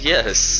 Yes